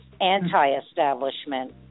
anti-establishment